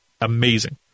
amazing